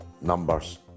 numbers